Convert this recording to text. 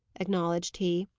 acknowledged he.